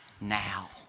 now